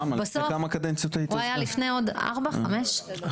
הוא היה לפני 4 או 5 קדנציות.